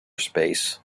space